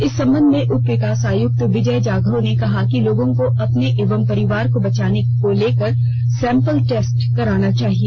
इस संबंध में उप विकास आयुक्त विजया जाधव ने कहा कि लोगों को अपने एवं परिवार को बचाने को लेकर सैंपल टेस्ट कराने चाहिए